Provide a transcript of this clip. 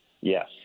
Yes